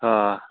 آ